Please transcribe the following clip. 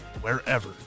wherever